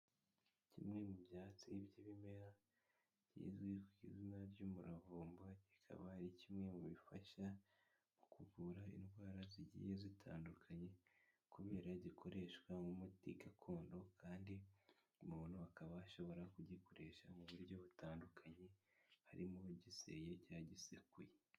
Kimwe mu byatsi by'ibimera bizwi ku izina ry'umuravumba, kikaba ari kimwe mu bifasha mu kuvura indwara zigiye zitandukanye, kubera gikoreshwa nk'umuti gakondo kandi umuntu akaba ashobora kugikoresha mu buryo butandukanye harimo ugiseye cya gisekuye.